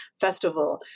festival